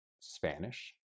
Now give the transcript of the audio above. Spanish